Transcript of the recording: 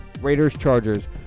Raiders-Chargers